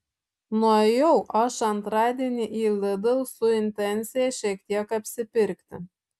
nuėjau aš antradienį į lidl su intencija šiek tiek apsipirkti